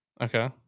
Okay